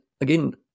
again